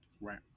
Right